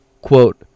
Quote